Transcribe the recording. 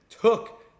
took